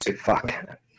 Fuck